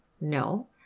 No